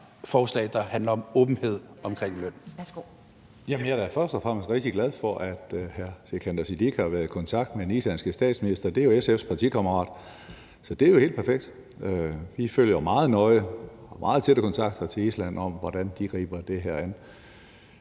forslag, der handler om åbenhed omkring løn?